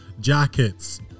jackets